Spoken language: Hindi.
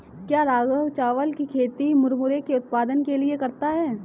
क्या राघव चावल की खेती मुरमुरे के उत्पाद के लिए करता है?